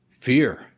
fear